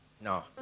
No